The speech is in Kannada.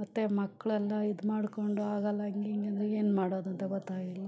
ಮತ್ತು ಮಕ್ಕಳೆಲ್ಲ ಇದು ಮಾಡಿಕೊಂಡು ಆಗೋಲ್ಲ ಹಂಗೆ ಹಿಂಗೆ ಅಂದರೆ ಏನು ಮಾಡೋದು ಅಂತ ಗೊತ್ತಾಗಿಲ್ಲ